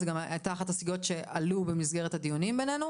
זו גם הייתה אחת הסוגיות שעלו במסגרת הדיונים בינינו,